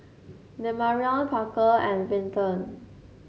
Demarion Parker and Vinton